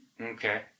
Okay